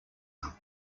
them